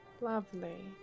Lovely